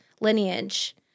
lineage